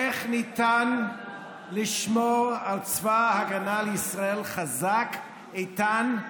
איך ניתן לשמור על צבא הגנה לישראל חזק, איתן,